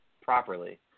properly